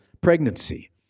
pregnancy